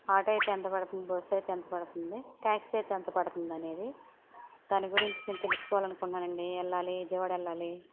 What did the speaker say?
auto అయితే ఎంత పడుతుంది బస్సు అయితే ఎంత పడుతుంది ట్యాక్సీ అయితే ఎంత పడుతుంది అనేది దాని గురించి నేను తెలుసుకోవాలి అనుకుంటున్నాను అండి వెళ్ళాలి విజయవాడ వెళ్ళాలి